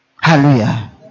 Hallelujah